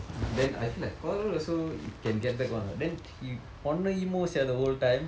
then I feel like quarrel also can get back one what then he emo sia the whole time